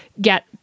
get